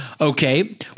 okay